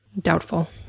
doubtful